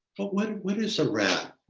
but what what is a rat,